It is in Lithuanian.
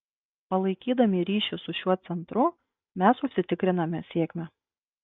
palaikydami ryšį su šiuo centru mes užsitikriname sėkmę